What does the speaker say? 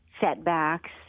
setbacks